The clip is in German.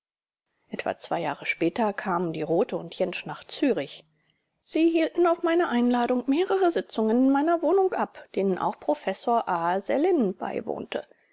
etwa zwei jahre später kamen die rothe und jentsch nach zürich sie hielten auf meine einladung mehrere sitzungen in meiner wohnung ab denen auch prof a sellin beiwohnte